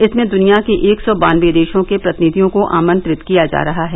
इसमें दुनिया के एक सौ बानवे देषों के प्रतिनिधियों को आमंत्रित किया जा रहा है